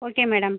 okay madam